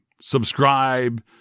subscribe